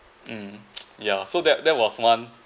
um yeah so that that was one